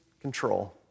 control